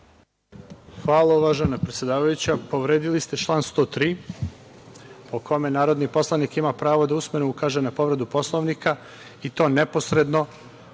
Hvala. Uvažena predsedavajuća, povredili ste član 103, po kome narodni poslanik ima pravo da usmeno ukaže na povredu Poslovnika i to neposredno